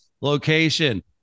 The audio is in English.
location